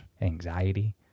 anxiety